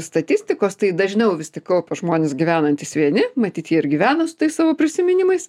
statistikos tai dažniau vis tik kaupia žmonės gyvenantys vieni matyt jie ir gyvena su tais savo prisiminimais